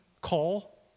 call